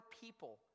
people